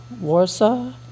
Warsaw